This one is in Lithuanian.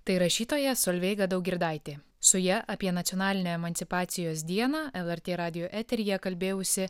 tai rašytoja solveiga daugirdaitė su ja apie nacionalinę emancipacijos dieną lrt radijo eteryje kalbėjausi